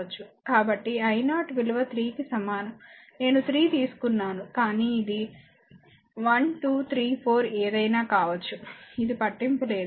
కాబట్టి i0 విలువ 3 కి సమానం నేను 3 తీసుకున్నాను కానీ ఇది 1 2 3 4 ఏదయినా కావచ్చు ఇది పట్టింపు లేదు